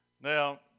now